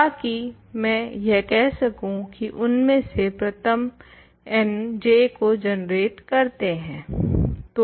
ताकि मैं यह कह सकूँ की उनमें से प्रथम n J को जनरेट करते हें